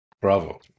bravo